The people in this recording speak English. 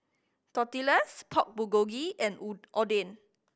Tortillas Pork Bulgogi and Oden